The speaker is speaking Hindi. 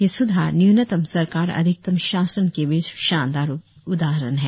ये स्धार न्यूनतम सरकार अधिकतम शासन के भी शानदार उदाहरण हैं